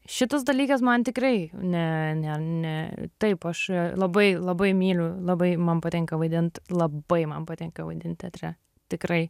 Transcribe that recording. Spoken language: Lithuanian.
šitas dalykas man tikrai ne ne ne taip aš labai labai myliu labai man patinka vaidint labai man patinka vaidint teatre tikrai